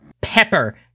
pepper